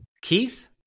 Keith